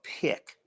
pick